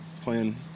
playing